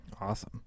Awesome